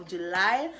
July